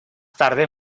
tarde